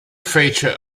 feature